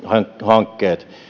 hankkeet